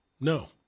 No